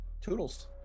toodles